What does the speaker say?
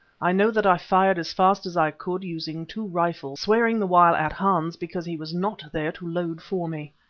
i know that i fired as fast as i could using two rifles, swearing the while at hans because he was not there to load for me.